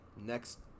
next